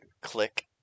click